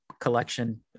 collection